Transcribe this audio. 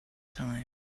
time